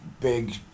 big